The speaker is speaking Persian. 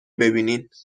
ببینینبازم